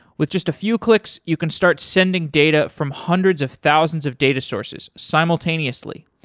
with just a few clicks, you can start sending data from hundreds of thousands of data sources simultaneously.